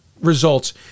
results